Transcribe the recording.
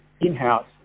in-house